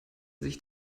sich